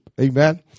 Amen